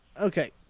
okay